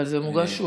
אבל זה שוב מוגש.